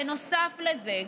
בנוסף לזה,